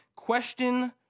Question